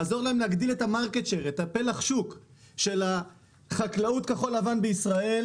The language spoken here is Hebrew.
לעזור להם להגדיל את פלח השוק של חקלאות כחול-לבן בישראל,